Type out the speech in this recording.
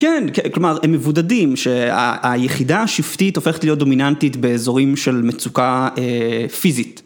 כן, כלומר הם מבודדים שהיחידה השבטית הופכת להיות דומיננטית באזורים של מצוקה פיזית.